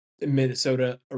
Minnesota